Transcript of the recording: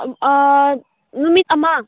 ꯅꯨꯃꯤꯠ ꯑꯃ